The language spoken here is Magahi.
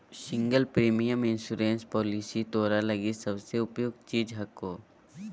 सिंगल प्रीमियम इंश्योरेंस पॉलिसी तोरा लगी सबसे उपयुक्त चीज हको